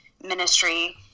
ministry